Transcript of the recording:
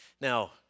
Now